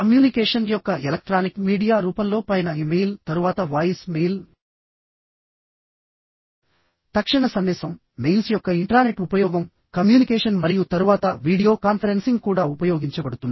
communication యొక్క electronic media రూపంలో పైన ఇమెయిల్ తరువాత వాయిస్ మెయిల్తక్షణ సందేశం మెయిల్స్ యొక్క ఇంట్రానెట్ ఉపయోగం కమ్యూనికేషన్ మరియు తరువాత వీడియో కాన్ఫరెన్సింగ్ కూడా ఉపయోగించబడుతుంది